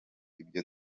ibyo